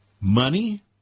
Money